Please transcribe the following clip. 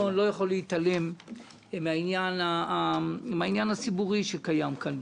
לא יכול להתעלם מהעניין הציבורי שקיים כאן.